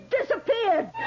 disappeared